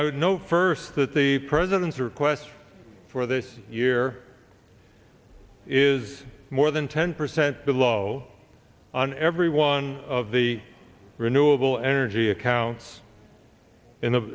i know first that the president's request for this year is more than ten percent below on every one of the renewable energy accounts in